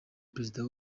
perezida